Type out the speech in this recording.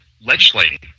legislating